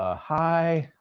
ah hi,